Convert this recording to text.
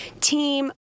team